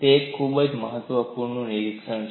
તે એક ખૂબ જ મહત્વપૂર્ણ નિરીક્ષણ છે